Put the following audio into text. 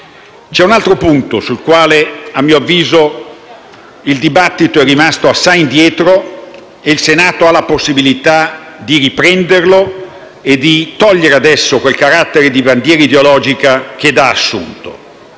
C'è un altro punto, sul quale, a mio avviso, il dibattito è rimasto assai indietro e che il Senato ha la possibilità di riprendere, togliendo ad esso quel carattere di bandiera ideologica che ha assunto.